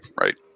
Right